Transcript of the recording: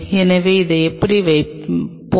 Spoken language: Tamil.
எனவே இதை இப்படி வைப்போம்